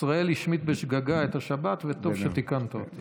ישראל השמיט בשגגה את השבת, וטוב שתיקנת אותי.